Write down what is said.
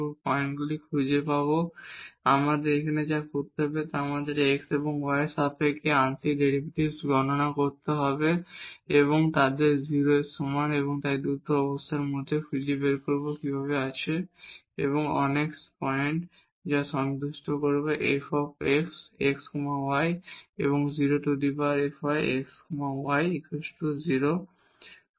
সুতরাং ক্রিটিকাল পয়েন্টগুলি খুঁজে পেতে আমাদের এখন যা করতে হবে আমাদের x এবং y এর সাপেক্ষে আংশিক ডেরিভেটিভস গণনা করতে হবে এবং তাদের 0 এর সমান এবং এই দুটি অবস্থার মধ্যে আমরা খুঁজে বের করব কিভাবে আছে অনেক পয়েন্ট যা সন্তুষ্ট করবে fx x y 0∧fy x y 0